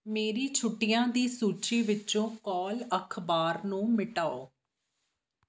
ਮੇਰੀ ਛੁੱਟੀਆਂ ਦੀ ਸੂਚੀ ਵਿੱਚੋਂ ਕਾਲ ਅਖਬਾਰ ਨੂੰ ਮਿਟਾਓ